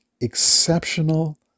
exceptional